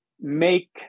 make